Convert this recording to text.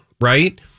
Right